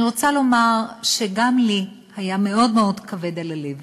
אני רוצה לומר שגם לי היה מאוד מאוד כבד על הלב